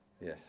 Yes